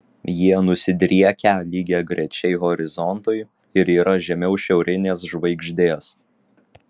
jie nusidriekę lygiagrečiai horizontui ir yra žemiau šiaurinės žvaigždės